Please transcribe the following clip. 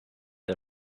der